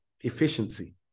efficiency